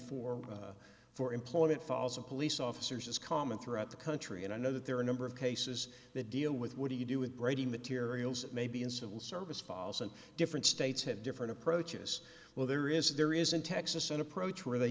for for employment falls of police officers is common throughout the country and i know that there are a number of cases that deal with what do you do with brady materials that may be in civil service falzon different states have different approaches well there is there is in texas an approach where they